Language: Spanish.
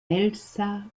elsa